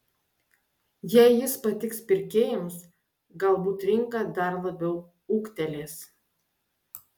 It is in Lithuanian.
jei jis patiks pirkėjams galbūt rinka dar labiau ūgtelės